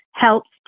Helps